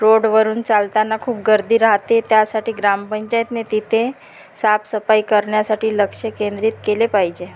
रोडवरून चालताना खूप गर्दी राहते त्यासाठी ग्रामपंचायतने तिथे साफसफाई करण्यासाठी लक्ष केंद्रित केले पाहिजे